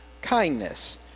kindness